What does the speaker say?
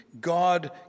God